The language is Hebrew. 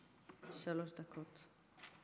שלוש דקות.